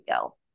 go